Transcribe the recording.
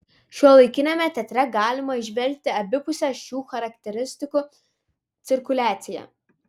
šiuolaikiniame teatre galima įžvelgti abipusę šių charakteristikų cirkuliaciją